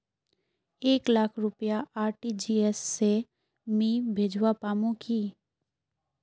एक लाख रुपया आर.टी.जी.एस से मी भेजवा पामु की